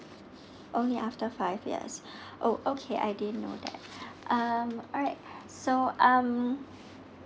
oh ya after five years oh okay I didn't know that um alright so um